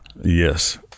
Yes